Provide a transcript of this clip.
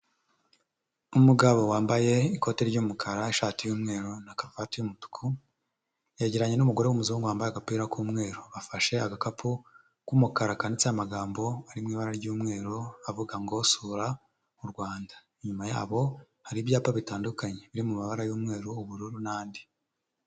Umugabo wambaye ikoti ry'umukara, ishati y'umweru na karuvati y'umutuku, yegeye n'umugore w'umuzungu wambaye agapira k'umweru, afashe agakapu k'umukara kanditseho amagambo ari mu ibara ry'umweru avuga ngo sura mu Rwanda, inyuma ya bo hari ibyapa bitandukanye biri mu mabara y'umweru, ubururu n'andi.